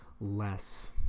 less